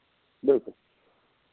बिल्कुल